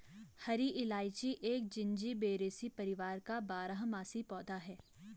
हरी इलायची एक जिंजीबेरेसी परिवार का एक बारहमासी पौधा है